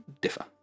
differ